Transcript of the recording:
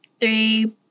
three